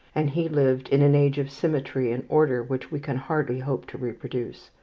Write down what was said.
and he lived in an age of symmetry and order which we can hardly hope to reproduce.